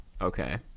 Okay